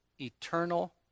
eternal